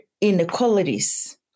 inequalities